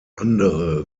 andere